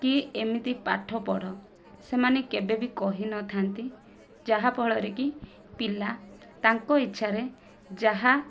କି ଏମିତି ପାଠ ପଢ ସେମାନେ କେବେ ବି କହିନଥାନ୍ତି ଯାହାଫଳରେ କି ପିଲା ତାଙ୍କ ଇଛାରେ ଯାହା